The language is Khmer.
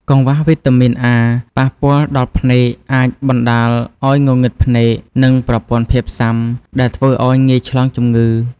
កង្វះវីតាមីនអា ប៉ះពាល់ដល់ភ្នែក អាចបណ្តាលឱ្យងងឹតភ្នែក និងប្រព័ន្ធភាពស៊ាំ ដែលធ្វើឱ្យងាយឆ្លងជំងឺ។